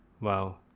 Wow